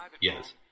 Yes